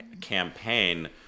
campaign